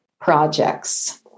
projects